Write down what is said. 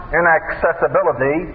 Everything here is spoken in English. inaccessibility